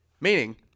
Meaning